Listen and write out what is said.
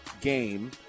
game